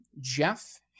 Jeff